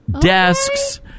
desks